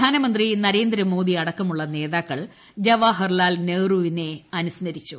പ്രധാനമന്ത്രി നരേന്ദ്രമോദി അടക്കമുള്ള നേതാക്കൾ ജവഹർലാൽ നെഹ്റുവിനെ അനുസ്മരിച്ചു